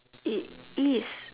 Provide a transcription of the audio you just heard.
it is